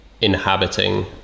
inhabiting